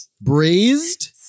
braised